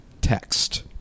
text